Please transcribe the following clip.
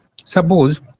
Suppose